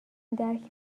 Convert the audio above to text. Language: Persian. درک